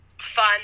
fun